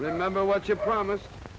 remember what you promise